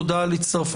תודה על הצטרפותך.